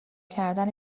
کردن